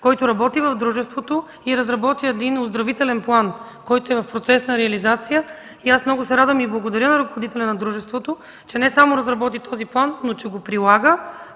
който работи в дружеството и разработи един оздравителен план. Той е в процес на реализация. Много се радвам и благодаря на ръководителя на дружеството, че не само разработи този план, но и го прилага.